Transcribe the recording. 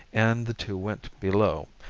and the two went below,